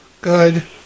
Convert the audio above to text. Good